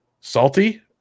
salty